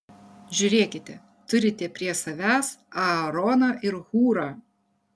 žiūrėkite turite prie savęs aaroną ir hūrą